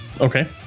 Okay